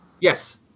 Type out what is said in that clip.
Yes